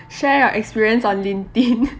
share your experience on linkedin